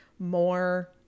more